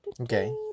Okay